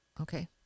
Okay